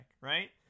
right